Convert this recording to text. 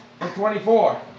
24